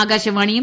ആകാശവാണിയും